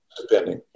depending